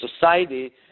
society